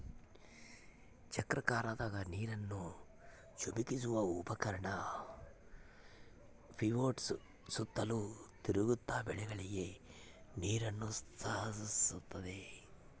ಚಕ್ರಾಕಾರದಾಗ ನೀರನ್ನು ಚಿಮುಕಿಸುವ ಉಪಕರಣ ಪಿವೋಟ್ಸು ಸುತ್ತಲೂ ತಿರುಗ್ತ ಬೆಳೆಗಳಿಗೆ ನೀರುಣಸ್ತಾದ